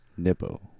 Nippo